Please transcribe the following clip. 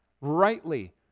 rightly